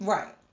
Right